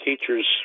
teachers